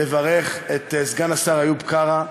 לברך את סגן השר איוב קרא,